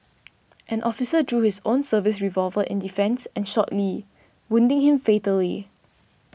an officer drew his own service revolver in defence and shot Lee wounding him fatally